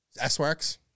S-Works